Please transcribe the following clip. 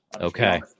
Okay